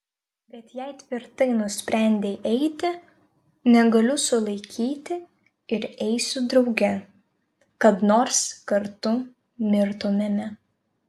bet jei tvirtai nusprendei eiti negaliu sulaikyti ir eisiu drauge kad nors kartu mirtumėme